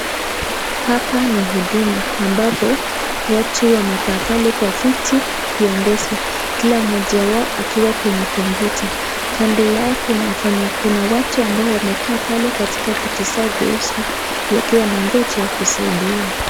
Hapa ni huduma ambapo watu wamekaa pale kwa viti viongozi. Kila mmoja wao akiwa kwenye kompyuta. Kando yao kuna wafanya kuna watu ambao wamekaa pale katika viti vyao jeusi wakiwa wanangoja kusaidiwa.